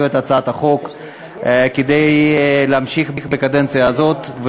את הצעת החוק כדי להמשיך בקדנציה הזאת,